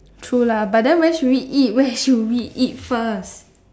true lah but then where should we eat where should we eat first